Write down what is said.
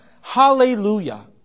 Hallelujah